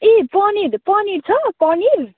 ए पनिर पनिर छ पनिर